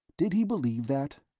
did he believe that?